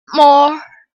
more